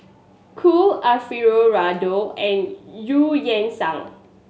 Cool Alfio Raldo and Eu Yan Sang